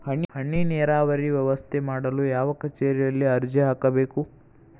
ಹನಿ ನೇರಾವರಿ ವ್ಯವಸ್ಥೆ ಮಾಡಲು ಯಾವ ಕಚೇರಿಯಲ್ಲಿ ಅರ್ಜಿ ಹಾಕಬೇಕು?